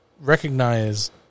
recognize